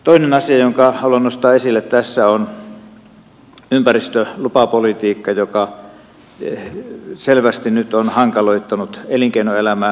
toinen asia jonka haluan nostaa esille tässä on ympäristölupapolitiikka joka selvästi nyt on hankaloittanut elinkeinoelämää